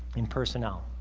in personnel